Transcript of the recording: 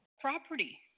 Property